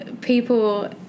people